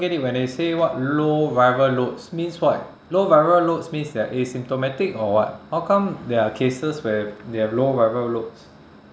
get it when they say what low viral loads means what low viral loads means that it is asymptomatic or what how come there are cases where they have low viral loads